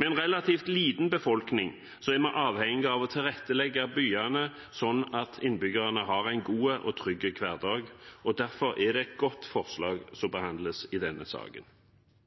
Med en relativt liten befolkning er vi avhengig av å tilrettelegge byene sånn at innbyggerne har en god og trygg hverdag. Derfor er det et godt forslag som behandles i denne saken.